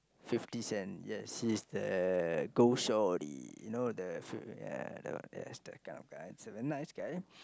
Fifty-Cent yes he is the go shorty you know the ya the ya he's that kinda guy he's a nice guy